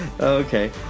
Okay